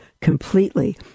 completely